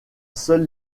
seuls